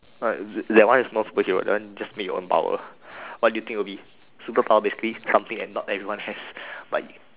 that one is more superhero that one just meet your own power what do you think will be superpower basically something am not everyone has but